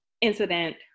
incident